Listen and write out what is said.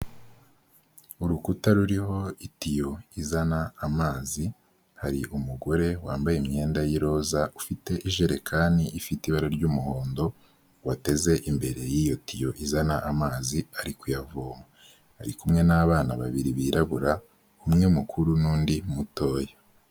Urukuta ruriho itiyo izana amazi, hari umugore wambaye imyenda y'iroza, ufite ijerekani ifite ibara ry'umuhondo wateze imbere yiyo tiyo izana amazi ari kuyavoma, ari kumwe n'abana babiri birabura, umwe mukuru n'ndi mutoya.